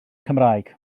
cymraeg